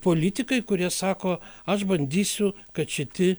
politikai kurie sako aš bandysiu kad šiti